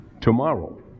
tomorrow